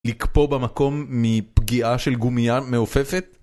לקפוא במקום מפגיעה של גומיה מעופפת?